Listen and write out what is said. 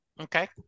Okay